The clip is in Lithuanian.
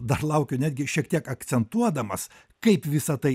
dar laukiu netgi šiek tiek akcentuodamas kaip visa tai